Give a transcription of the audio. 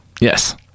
yes